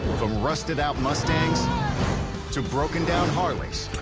from rusted-out mustangs to broken-down harleys.